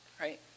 right